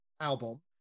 album